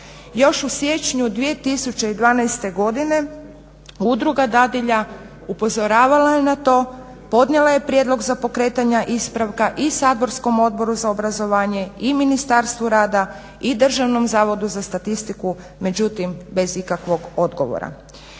Još u siječnju 2012.godine udruga dadilja upozoravala je na to, podnijela je prijedlog za pokretanje ispravka i saborskom Odboru za obrazovanje i Ministarstvu rada i Državnom zavodu za statistiku, međutim bez ikakvog odgovora.